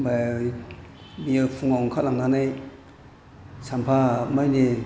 ओमफाय बियो फुंआव ओंखारलांनानै सानफा मानि